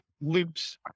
loops